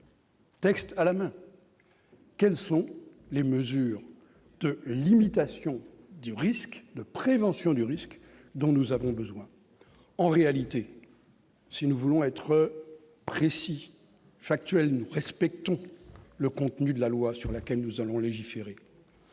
Texte à la main, quelles sont les mesures de limitation du risque de prévention du risque dont nous avons besoin, en réalité, si nous voulons être précis, factuel Respectons le contenu de la loi sur laquelle nous allons légiférer,